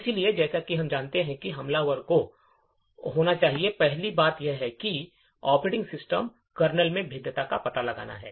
इसलिए जैसा कि हम जानते हैं कि हमलावर को होना चाहिए पहली बात यह है कि ऑपरेटिंग सिस्टम कर्नेल में भेद्यता का पता लगाना है